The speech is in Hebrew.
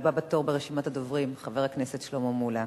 והבא בתור ברשימת הדוברים, חבר הכנסת שלמה מולה.